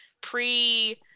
pre